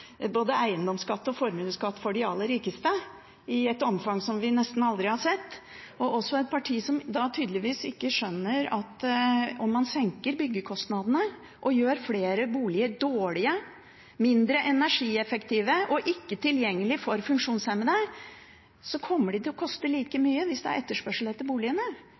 både eiendomsskatt og formuesskatt til de aller rikeste, i et omfang som vi nesten aldri har sett, og et parti som tydeligvis ikke skjønner at om man senker byggekostnadene og gjør flere boliger dårlige, mindre energieffektive og ikke tilgjengelige for funksjonshemmede, kommer boligene til å koste like mye hvis det er etterspørsel etter